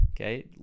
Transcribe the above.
okay